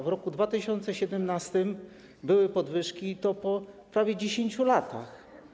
W roku 2017 były podwyżki, i to po prawie 10 latach.